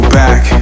back